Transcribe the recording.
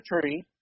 tree